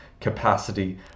capacity